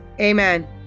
Amen